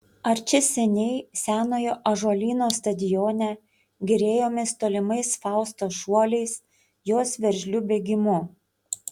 ar čia seniai senojo ąžuolyno stadione gėrėjomės tolimais faustos šuoliais jos veržliu bėgimu